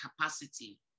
capacity